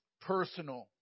personal